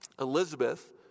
Elizabeth